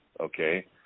okay